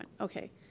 okay